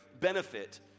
Benefit